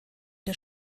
der